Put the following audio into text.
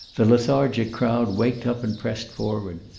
the lethargic crowd waked up and pressed forward.